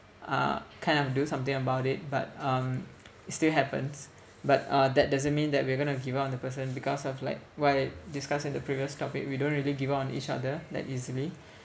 uh kind of do something about it but um it still happens but uh that doesn't mean that we're gonna give up on the person because of like what I discuss in the previous topic we don't really give up on each other that easily